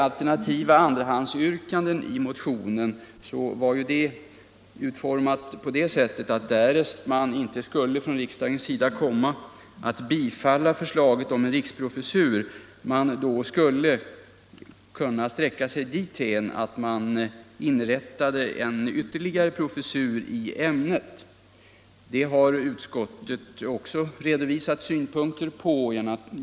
Andrahandsyrkandet i motionen var utformat på det sättet att därest man från riksdagens sida inte skulle komma att bifalla förslaget om en riksprofessur, så skulle man kunna sträcka sig dithän att man inrättade ytterligare en professur i ämnet. Det har utskottet också redovisat synpunkter på.